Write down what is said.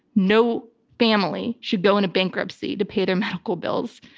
no family should go into bankruptcy to pay their medical bills.